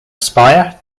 spire